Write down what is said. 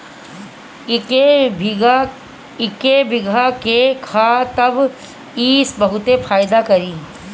इके भीगा के खा तब इ बहुते फायदा करि